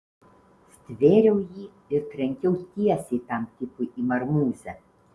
stvėriau jį ir trenkiau tiesiai tam tipui į marmūzę